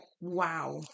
wow